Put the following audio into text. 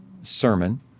sermon